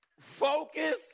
Focus